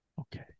Okay